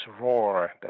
roar